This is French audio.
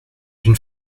une